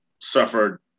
suffered